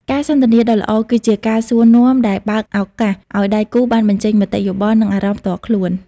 ការសន្ទនាដ៏ល្អ គឺជាការសួរនាំដែលបើកឱកាសឱ្យដៃគូបានបញ្ចេញមតិយោបល់ និងអារម្មណ៍ផ្ទាល់ខ្លួន។